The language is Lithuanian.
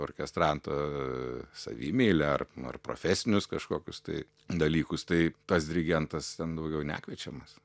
orkestranto savimeilę ar ar profesinius kažkokius tai dalykus tai tas dirigentas ten daugiau nekviečiamas